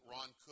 Ron